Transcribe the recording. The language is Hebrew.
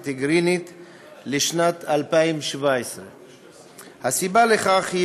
אמהרית וטיגרית לשנת 2017. הסיבה לכך היא